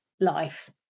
life